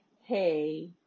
hey